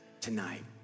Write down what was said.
tonight